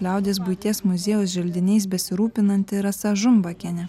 liaudies buities muziejaus želdiniais besirūpinanti rasa žumbakienė